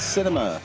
Cinema